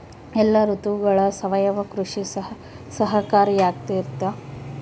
ಎಲ್ಲ ಋತುಗಳಗ ಸಾವಯವ ಕೃಷಿ ಸಹಕಾರಿಯಾಗಿರ್ತೈತಾ?